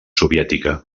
soviètica